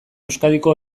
euskadiko